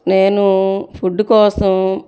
నేనూ ఫుడ్డు కోసం